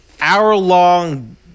hour-long